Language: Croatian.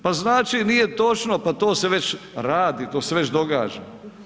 Pa znači nije točno, pa to se već radi, to se već događa.